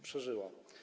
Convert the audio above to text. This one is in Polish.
Przeżyła.